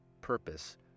purpose